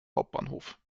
hauptbahnhof